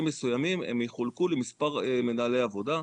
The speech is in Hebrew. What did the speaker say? מסוימים הם יחולקו למספר מנהלי עבודה.